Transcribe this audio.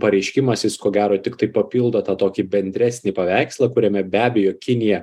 pareiškimas jis ko gero tiktai papildo tą tokį bendresnį paveikslą kuriame be abejo kinija